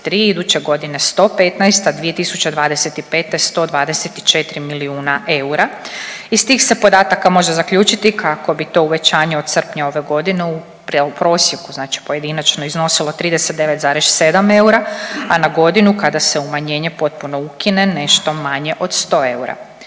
iduće godine 115, a 2025. 124 milijuna eura. Iz tih se podataka može zaključiti kako bi to uvećanje od srpnja ove godine u prosjeku, znači pojedinačno iznosilo 39,7 eura, a na godinu kada se umanjenje potpuno ukine nešto manje od sto eura.